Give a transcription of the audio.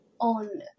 On